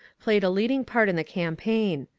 played a leading part in the campaign.